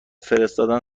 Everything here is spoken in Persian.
فرستادن